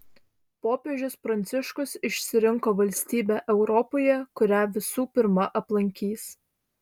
popiežius pranciškus išsirinko valstybę europoje kurią visų pirma aplankys